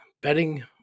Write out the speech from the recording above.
Betting